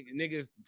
niggas